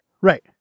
Right